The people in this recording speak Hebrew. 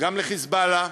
גם ל"חיזבאללה"